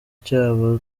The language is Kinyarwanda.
cyabo